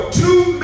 two